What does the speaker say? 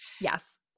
Yes